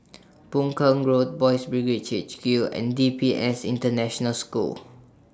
Boon Keng Road Boys' Brigade H Q and D P S International School